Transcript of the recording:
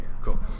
cool